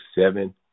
seven